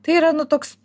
tai yra nu toks